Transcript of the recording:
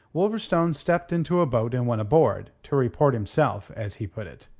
wolverstone stepped into a boat and went aboard, to report himself, as he put it.